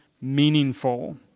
meaningful